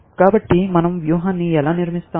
కాబట్టి మనం వ్యూహాన్ని ఎలా నిర్మిస్తాము